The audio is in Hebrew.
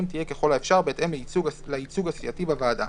תהיה ככל האפשר בהתאם לייצוג הסיעתי בוועדה.